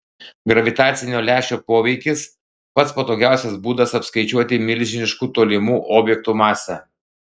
gravitacinio lęšio poveikis pats patogiausias būdas apskaičiuoti milžiniškų tolimų objektų masę